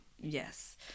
Yes